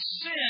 sin